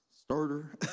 starter